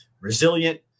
resilient